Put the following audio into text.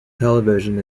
television